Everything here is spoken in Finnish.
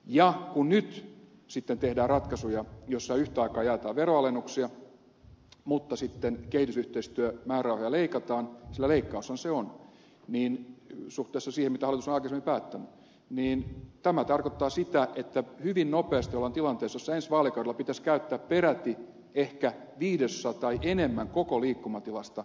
ja kun nyt sitten tehdään ratkaisuja joissa yhtä aikaa jaetaan veronalennuksia ja sitten kehitysyhteistyömäärärahoja leikataan sillä leikkaushan se on suhteessa siihen mitä hallitus on aikaisemmin päättänyt niin tämä tarkoittaa sitä että hyvin nopeasti ollaan tilanteessa jossa ensi vaalikaudella pitäisi käyttää peräti ehkä viidesosa tai enemmän koko liikkumatilasta kehitysyhteistyömäärärahojen nousuun